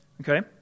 Okay